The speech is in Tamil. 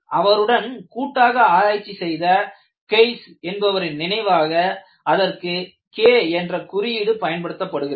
அவருடன் கூட்டாக ஆராய்ச்சி செய்த கெய்ஸ் என்பவரின்நினைவாக அதற்கு K என்ற குறியீடு பயன்படுத்தப்படுகிறது